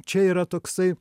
čia yra toksai